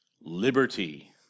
liberty